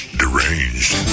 deranged